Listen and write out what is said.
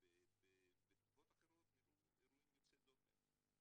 שבתקופות אחרות נראו אירועים יוצאי דופן.